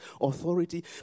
authority